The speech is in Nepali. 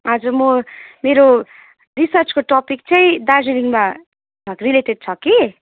हजुर म मेरो रिसर्चको टपिक चाहिँ दार्जिलिङमा रिलेटेड छ कि